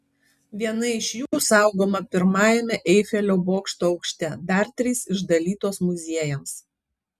viena iš jų saugoma pirmajame eifelio bokšto aukšte dar trys išdalytos muziejams